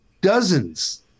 dozens